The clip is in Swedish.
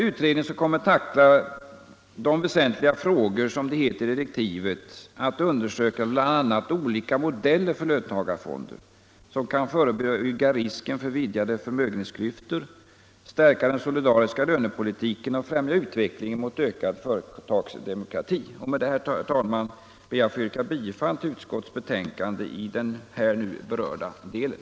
Utredningen skall, som det heter i direktiven, bl.a. tackla olika modeller för löntagarfonder som kan förebygga risken för vidgade förmögenhetsklyftor, stärka den solidariska lönepolitiken och främja utvecklingen mot ökad företagsdemokrati. Med det anförda, herr talman, ber jag att få yrka bifall till utskottets hemställan i den nu berörda delen.